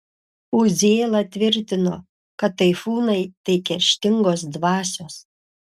uzėla tvirtino kad taifūnai tai kerštingos dvasios